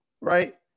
right